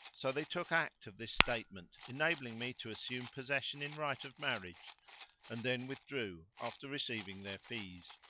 so they took act of this statement enabling me to assume possession in right of marriage and then withdrew, after receiving their fees.